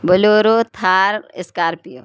bolero Thar scorpio